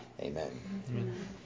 Amen